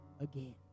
again